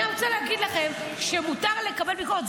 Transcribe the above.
אני רוצה להגיד לכם שמותר לקבל ביקורת.